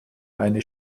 eine